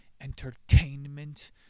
entertainment